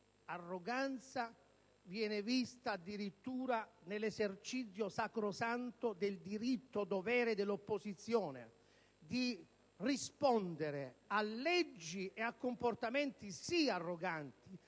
L'arroganza viene vista addirittura nell'esercizio sacrosanto del diritto‑dovere dell'opposizione di rispondere a leggi e a comportamenti, quelli sì arroganti,